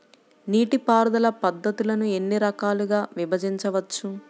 నీటిపారుదల పద్ధతులను ఎన్ని రకాలుగా విభజించవచ్చు?